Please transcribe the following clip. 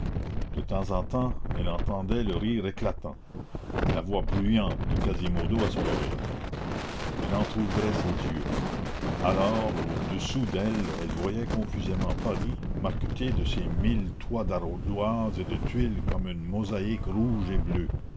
de temps en temps elle entendait le rire éclatant la voix bruyante de quasimodo à son oreille elle entrouvrait ses yeux alors au-dessous d'elle elle voyait confusément paris marqueté de ses mille toits d'ardoises et de tuiles comme une mosaïque rouge et bleue